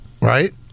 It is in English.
right